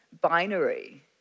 binary